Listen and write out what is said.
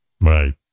Right